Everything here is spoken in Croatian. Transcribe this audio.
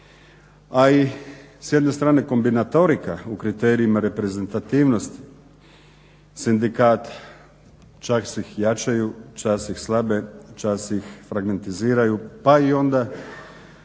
A i s jedne strane kombinatorika u kriterijima reprezentativnosti sindikata čas ih jačaju, čas ih slabe, čas ih fragmentiziraju, pa i onda